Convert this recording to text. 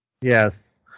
yes